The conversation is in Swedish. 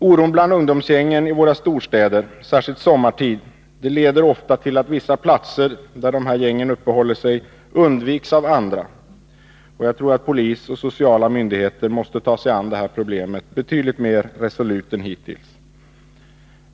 Oron bland ungdomsgängen i våra storstäder, särskilt sommartid, leder ofta till att vissa platser, där dessa gäng uppehåller sig, undviks av andra. Jag tror att polis och sociala myndigheter måste ta sig an detta problem betydligt mer resolut än hittills.